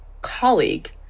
colleague